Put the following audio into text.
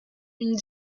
une